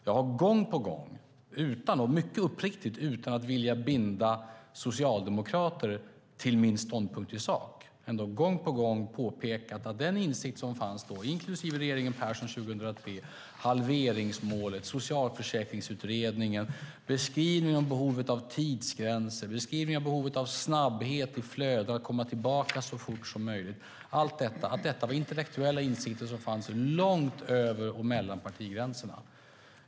Jag har gång på gång, mycket uppriktigt och utan att vilja binda socialdemokrater till min ståndpunkt i sak, påpekat att de insikter som då fanns, inklusive hos regeringen Persson 2003 - halveringsmålet, Socialförsäkringsutredningen, beskrivning av behovet av tidsgränser, snabbhet i flödet för att komma tillbaka så fort som möjligt - var intellektuella insikter långt över och mellan partigränserna.